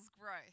growth